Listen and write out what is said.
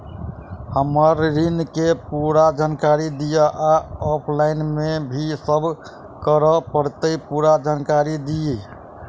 हम्मर ऋण केँ पूरा जानकारी दिय आ ऑफलाइन मे की सब करऽ पड़तै पूरा जानकारी दिय?